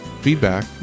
feedback